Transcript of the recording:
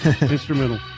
instrumental